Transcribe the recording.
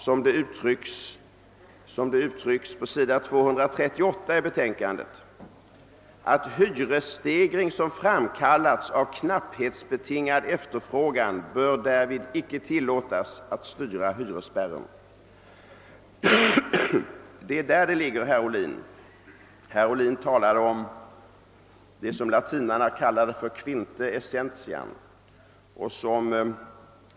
Saken uttryckes på s. 238 i betänkandet på följande sätt: »Hyresstegring som framkallats av knapphetsbetingad efterfrågan bör därvid icke tillåtas att styra hyresspärren.» Det är där det ligger, herr Ohlin. Herr Ohlin talar om det som romarna kallade quinta essentia.